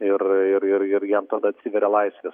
ir ir ir ir jam tada atsiveria laisvės